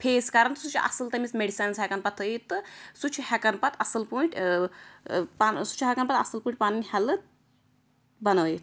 face کران سُہ چھُ اصٕل تٔمس میٚڈِسَنٕز ہیٚکان پَتہٕ تھٲیِتھ تہٕ سُہ چھُ ہیٚکان پَتہٕ اصٕل پٲٹھۍ ٲں سُہ چھُ ہیٚکان پَتہٕ اصٕل پٲٹھۍ پَنن ہیٚلٕتھ بَنٲیِتھ